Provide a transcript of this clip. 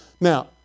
Now